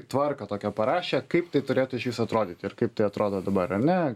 tvarką tokią parašė kaip tai turėtų išvis atrodyti ir kaip tai atrodo dabar ar ne